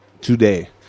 today